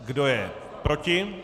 Kdo je proti?